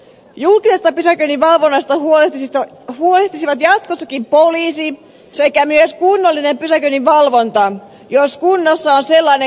julkisesta pysäköinninvalvonnasta huolehtisivat jatkossakin poliisi sekä myös kunnallinen pysäköinninvalvonta jos kunnassa on sellainen järjestetty